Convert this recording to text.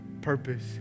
purpose